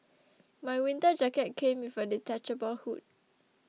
my winter jacket came with a detachable hood